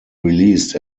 released